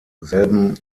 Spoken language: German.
selben